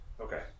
Okay